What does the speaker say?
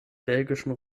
belgischen